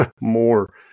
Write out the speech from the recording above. more